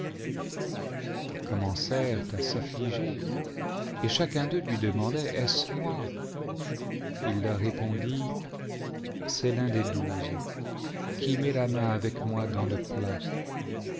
ils commencèrent à s'affliger et chacun d'eux lui demandait est-ce moi il leur répondit oest l'un des douze qui met la main avec moi dans le plat